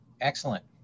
Excellent